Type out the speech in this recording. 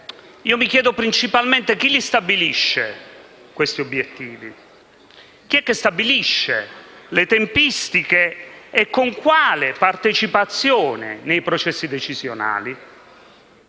mi chiedo: chi stabilisce questi obiettivi? Chi è che stabilisce le tempistiche? E con quale partecipazione nei processi decisionali?